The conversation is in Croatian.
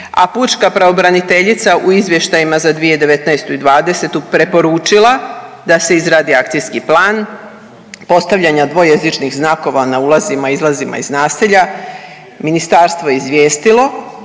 a pučka pravobraniteljica u izvještajima za 2019. i '20. preporučila da se izradi akcijski plan postavljanja dvojezičnih znakova na ulazima i izlazima iz naselja ministarstvo je izvijestilo